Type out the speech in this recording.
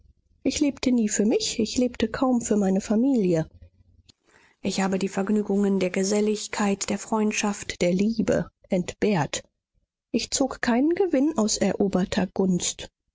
ich lebte nie für mich ich lebte kaum für meine familie ich habe die vergnügungen der geselligkeit der freundschaft der liebe entbehrt ich zog keinen gewinn aus eroberter gunst